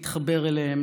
להתחבר אליהם,